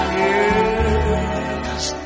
yes